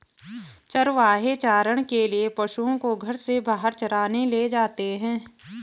चरवाहे चारण के लिए पशुओं को घर से बाहर चराने ले जाते हैं